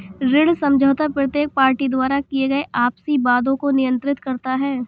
ऋण समझौता प्रत्येक पार्टी द्वारा किए गए आपसी वादों को नियंत्रित करता है